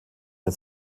der